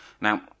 Now